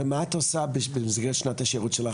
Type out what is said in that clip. ומה את עושה במסגרת שנת השירות שלך?